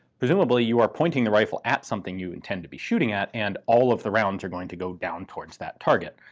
presumably you are pointing the rifle at something you intend to be shooting at and all of the rounds are going to go down towards that target.